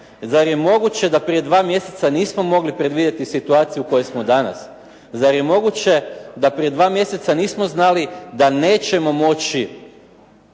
Zar je moguće da prije 2 mjeseca nismo mogli predvidjeti situaciju u kojoj smo danas. Zar je moguće da prije dva mjeseca nismo znali da nećemo moći